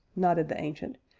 nodded the ancient,